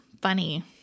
funny